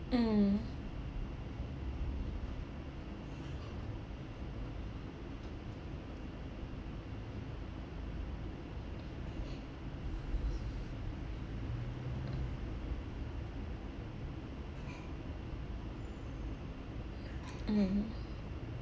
mm mm